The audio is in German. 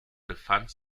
befand